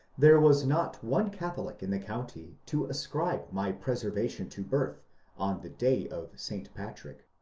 there was not one catholic in the county to ascribe my preservation to birth on the day of st. patrick.